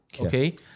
Okay